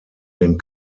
den